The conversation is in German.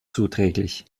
zuträglich